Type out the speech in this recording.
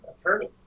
attorney